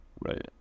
Right